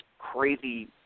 crazy